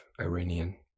Iranian